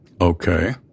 Okay